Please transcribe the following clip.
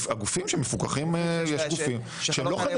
הגופים שמפוקחים, יש גופים שהם לא חדשים.